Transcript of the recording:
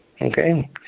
Okay